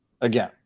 again